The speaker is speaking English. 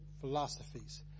philosophies